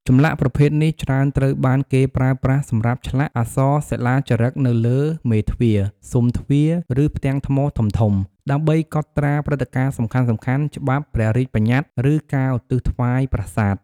ចម្លាក់ប្រភេទនេះច្រើនត្រូវបានគេប្រើប្រាស់សម្រាប់ឆ្លាក់អក្សរសិលាចារឹកនៅលើមេទ្វារ ស៊ុមទ្វារ ឬផ្ទាំងថ្មធំៗ ដើម្បីកត់ត្រាព្រឹត្តិការណ៍សំខាន់ៗ ច្បាប់ ព្រះរាជបញ្ញត្តិ ឬការឧទ្ទិសថ្វាយប្រាសាទ។